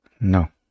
No